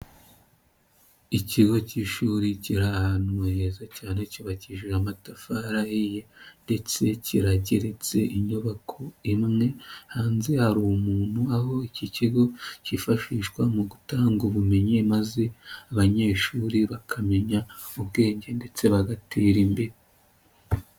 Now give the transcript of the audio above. Ikigo cy'ishuri kiri ahantu heza cyane cyubakishije amatafari ahiye ndetse kirageretse inyubako imwe, hanze hari umuntu aho iki kigo cyifashishwa mu gutanga ubumenyi maze abanyeshuri bakamenya ubwenge ndetse bagatera imbere.